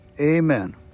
Amen